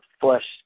flesh